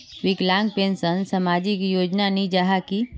विकलांग पेंशन सामाजिक योजना नी जाहा की?